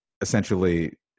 essentially